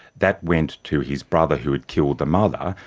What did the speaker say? that went to his brother who had killed the mother,